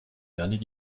dernier